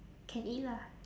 can eat lah